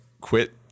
quit